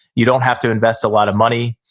you don't have to invest a lot of money.